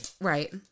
Right